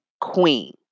queen